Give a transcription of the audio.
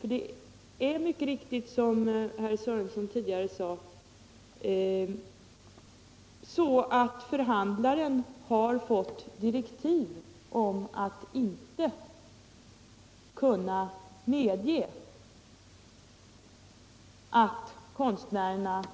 Det är mycket riktigt så som Lars-Ingvar Sörenson tidigare sade, att förhandlaren fått direktiv om att inte kunna medge att konstnärerna